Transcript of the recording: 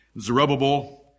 Zerubbabel